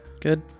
Good